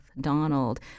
Donald